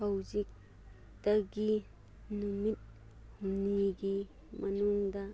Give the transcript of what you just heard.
ꯍꯧꯖꯤꯛꯇꯒꯤ ꯅꯨꯃꯤꯠ ꯍꯨꯝꯅꯤꯒꯤ ꯃꯅꯨꯡꯗ